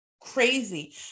crazy